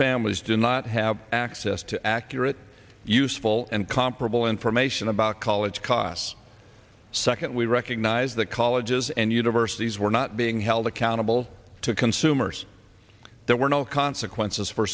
families did not have access to accurate useful and comparable information about college costs second we recognize that colleges and universities were not being held accountable to consumers there were no consequences for